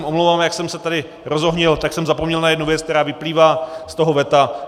Omlouvám se, jak jsem se tady rozohnil, tak jsem zapomněl na jednu věc, která vyplývá z toho veta.